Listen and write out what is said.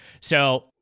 So-